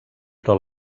però